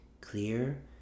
clear